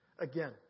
again